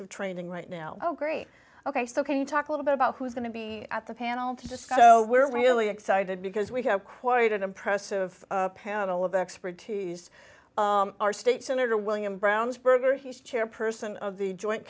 of training right now oh great ok so can you talk a little bit about who's going to be at the panel to discuss how we're really excited because we have quite an impressive panel of expertise our state senator william brownsburg or he's chairperson of the joint